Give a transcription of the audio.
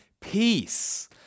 peace